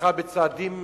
והלכה בצעדים